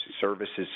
services